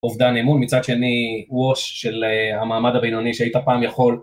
עובדה אמון מצד שני wash של המעמד הבינוני שהיית פעם יכול